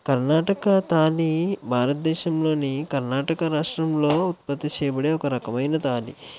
కర్ణాటక తాళి భారతదేశంలోని కర్ణాటక రాష్ట్రంలో ఉత్పత్తి చేయబడే ఒక రకమైన తాళి